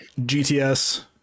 GTS